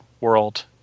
world